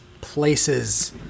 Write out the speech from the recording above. places